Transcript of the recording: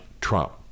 Trump